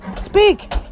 Speak